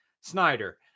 snyder